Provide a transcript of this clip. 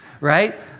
right